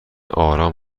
آرام